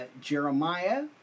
Jeremiah